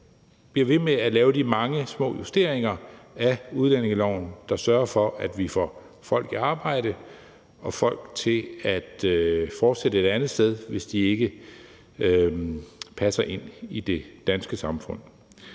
bliver ved med at lave de mange små justeringer af udlændingeloven, der sørger for, at vi får folk i arbejde og folk til at fortsætte et andet sted, hvis de ikke passer ind i det danske samfund.